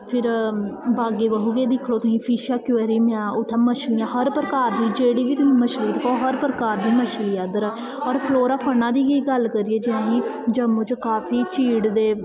फिर बाह्गे बहू गै दिक्खी लैओ तुसीं फिश ऐक्वेरियम ऐ उत्थें मछलियां हर प्रकार दियां जेह्ड़ी बी तुसीं मछली दिक्खो हर प्रकार दी मछली ऐ उद्धर होर फ्लोरा फाना दी गै गल्ल करिए जे असीं जम्मू च काफी चीड़ दे